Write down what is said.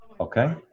Okay